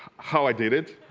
how i did it